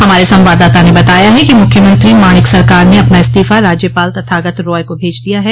हमारे संवाददाता ने बताया है कि मुख्यमंत्री माणिक सरकार ने अपना इस्तीफा राज्यपाल तथागत रॉय को भेज दिया है